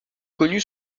connue